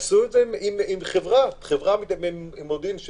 עשו עם חברה ממודיעין.